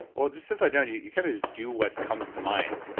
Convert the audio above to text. well, just sense i've known you, you kind of just do what comes to mind.